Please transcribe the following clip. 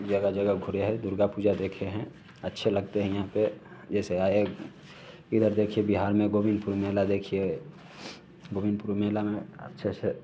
जगह जगह घूमे हैं दुर्गा पूजा देखे हैं अच्छे लगते हैं यहाँ पर जैसे आए इधर देखे बिहार में गोविंदपुर में मेला देखिए गोविंदपुर मेला में अच्छे से